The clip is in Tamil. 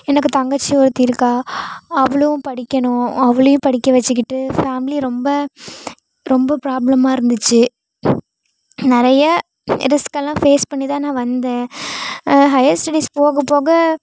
எனக்கு தங்கச்சி ஒருத்தி இருக்காள் அவளும் படிக்கணும் அவளையும் படிக்க வெச்சுக்கிட்டு ஃபேமிலி ரொம்ப ரொம்ப ப்ராப்ளமாக இருந்துச்சு நிறைய ரிஸ்க்கெல்லாம் ஃபேஸ் பண்ணி தான் நான் வந்தேன் ஹையர் ஸ்டடீஸ் போக போக